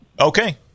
Okay